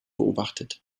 beobachtet